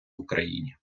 україні